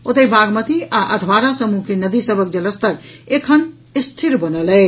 ओतहि बागमती आ अधवारा समूह के नदी सभक जलस्तर एखन स्थिर बनल अछि